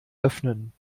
öffnen